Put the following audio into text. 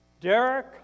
Derek